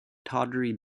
tawdry